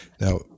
Now